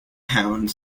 hounds